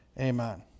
Amen